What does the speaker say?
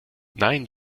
nein